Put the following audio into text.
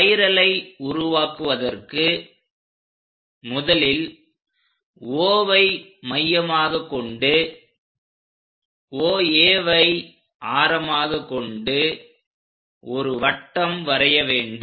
ஸ்பைரலை உருவாக்குவதற்கு முதலில் Oவை மையமாகக் கொண்டு OAவை ஆரமாக கொண்டு ஒரு வட்டம் வரைய வேண்டும்